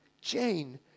Jane